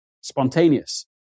spontaneous